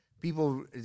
people